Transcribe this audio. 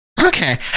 Okay